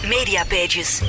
Mediapages